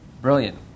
brilliant